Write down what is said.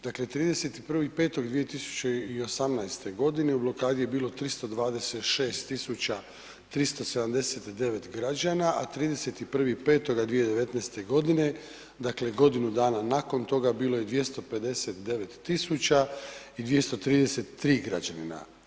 Dakle 31.5.2018. godine u blokadi je bilo 326 tisuća 379 građana a 31.5.2019. godine, dakle godinu dana nakon toga bilo je 259 tisuća i 233 građanina.